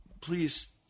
please